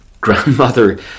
grandmother